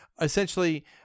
essentially